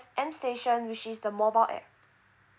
M station which is the mobile app